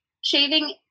Shaving